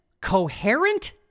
Coherent